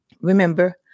Remember